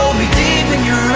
me deep in your